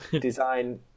design